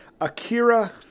Akira